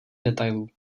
detailů